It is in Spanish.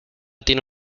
tiene